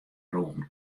rûn